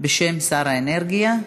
בשם שר האנרגיה.